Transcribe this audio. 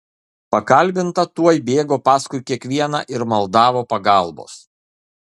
pakalbinta tuoj bėgo paskui kiekvieną ir maldavo pagalbos